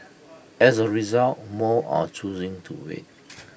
as A result more are choosing to wait